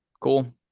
cool